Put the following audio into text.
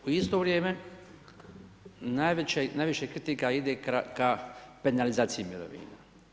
U isto vrijeme, najviše kritika ide ka penalizaciji mirovina.